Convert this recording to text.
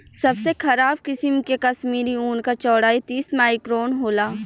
सबसे खराब किसिम के कश्मीरी ऊन क चौड़ाई तीस माइक्रोन होला